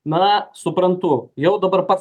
na suprantu jau dabar pats